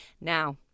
Now